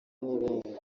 n’ibindi